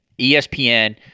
ESPN